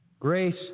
Grace